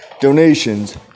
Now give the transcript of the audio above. donations